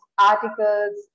articles